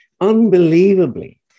unbelievably